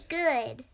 good